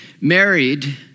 married